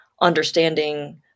understanding